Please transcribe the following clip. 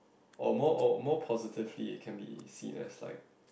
or more or more positively can be seen as like